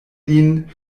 lin